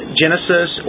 genesis